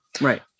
Right